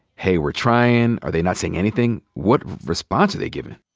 hey, we're trying, are they not saying anything? what response are they giving?